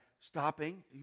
stopping